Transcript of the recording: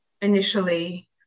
initially